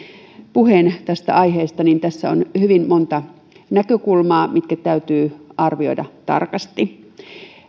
puheen tästä aiheesta tässä on hyvin monta näkökulmaa mitkä täytyy arvioida tarkasti